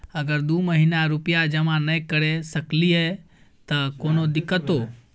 अगर दू महीना रुपिया जमा नय करे सकलियै त कोनो दिक्कतों?